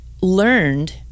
learned